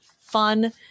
fun